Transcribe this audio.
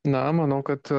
na manau kad